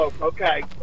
Okay